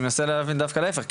אני מנסה להבין דווקא להיפך,